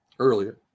Earlier